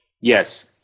Yes